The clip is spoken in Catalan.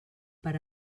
per